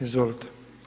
Izvolite.